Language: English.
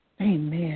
Amen